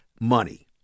money